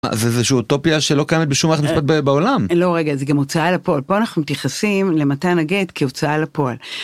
איזושהי אוטופיה שלא קיימת בשום מערכת בעולם. -לא, רגע, זה גם הוצאה לפועל. פה אנחנו מתייחסים למתן הגט כהוצאה לפועל.